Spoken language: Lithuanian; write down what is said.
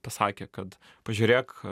pasakė kad pažiūrėk